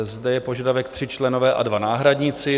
Zde je požadavek 3 členové a 2 náhradníci.